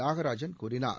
நாகராஜன் கூறினார்